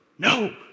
No